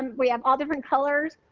we have all different colors.